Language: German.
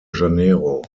janeiro